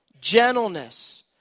gentleness